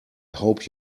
hope